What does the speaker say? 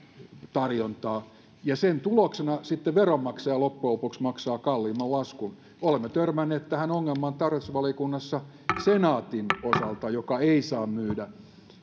tarjontaa sen tuloksena sitten veronmaksaja loppujen lopuksi maksaa kalliimman laskun olemme törmänneet tähän ongelmaan tarkastusvaliokunnassa senaatin osalta joka ei saa myydä